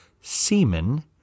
semen